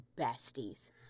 besties